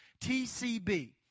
tcb